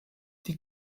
die